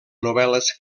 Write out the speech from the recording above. novel·les